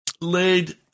laid